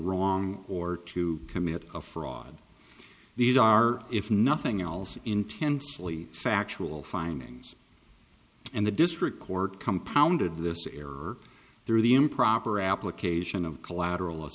wrong or to commit a fraud these are if nothing else intensely factual findings and the district court compounded this error through the improper application of collateral